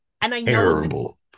terrible